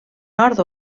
nord